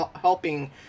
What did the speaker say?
helping